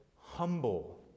humble